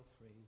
free